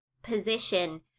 position